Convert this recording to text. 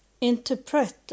interpret